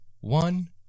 one